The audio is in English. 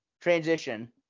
transition